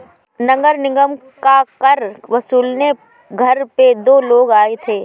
नगर निगम का कर वसूलने घर पे दो लोग आए थे